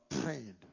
trained